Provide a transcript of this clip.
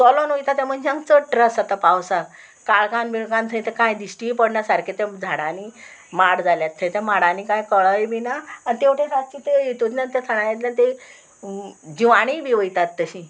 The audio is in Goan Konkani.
चोलोन वयता त्या मनशांक चड ट्रास जाता पावसाक काळखान बिळखान थंय तें कांय दिश्टी पडना सारकें तें झाडांनी माड जाल्यात थंय त्या माडांनी कांय कळय बी ना आनी तेवटेन रातचे तें हितून ते थंडायन ते जिवाणीय बी वयतात तशी